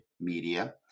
media